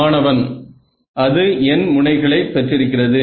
மாணவன் அது n முனைகளை பெற்றிருக்கிறது